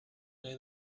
know